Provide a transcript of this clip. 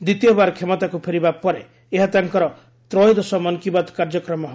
ଦ୍ୱିତୀୟବାର କ୍ଷମତାକୁ ଫେରିବା ପରେ ଏହା ତାଙ୍କର ତ୍ରୟୋଦଶ ମନ୍ କି ବାତ୍ କାର୍ଯ୍ୟକ୍ରମ ହେବ